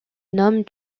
nome